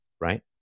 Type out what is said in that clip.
right